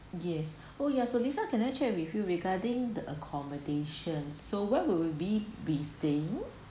yes oh ya so lisa can I check with you regarding the accommodation so where would will be we staying